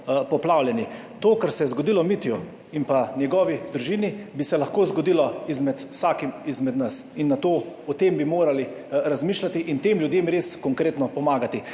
poplavljeni. To, kar se je zgodilo Mitju in njegovi družini, bi se lahko zgodilo vsakemu izmed nas in o tem bi morali razmišljati in tem ljudem res konkretno pomagati.